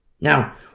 Now